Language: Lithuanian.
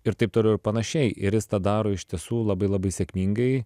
ir taip toliau ir panašiai ir jis tą daro iš tiesų labai labai sėkmingai